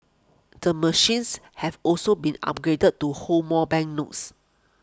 the machines have also been upgraded to hold more banknotes